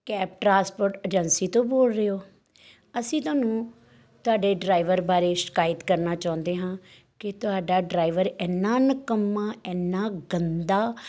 cab transport agency ਤੋਂ ਬੋਲ ਰਹੇ ਹੋ ਅਸੀਂ ਤੁਹਾਨੂੰ ਤੁਹਾਡੇ ਡਰਾਈਵਰ ਬਾਰੇ ਸ਼ਿਕਾਇਤ ਕਰਨਾ ਚਾਹੁੰਦੇ ਹਾਂ ਕਿ ਤੁਹਾਡਾ ਡਰਾਈਵਰ ਇੰਨਾਂ ਨਿਕੰਮਾ ਇੰਨਾਂ ਗੰਦਾ